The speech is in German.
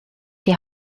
die